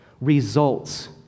results